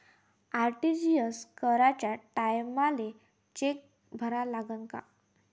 RTGS कराच्या टायमाले cheque भरा लागन का?